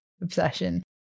obsession